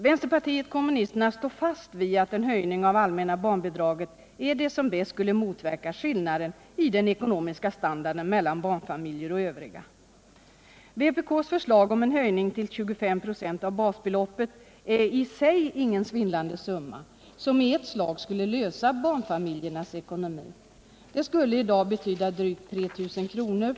Vänsterpartiet kommunisterna står fast vid uppfattningen att en höjning av de allmänna barnbidragen är det som bäst skulle motverka skillnaden i den ekonomiska standarden mellan barnfamiljer och övriga. Vpk:s förslag om en höjning till 25 96 av basbeloppet är i sig ingen svindlande summa, som i ett slag skulle lösa barnfamiljernas ekonomiska problem. Det skulle i dag betyda drygt 3 000 kr.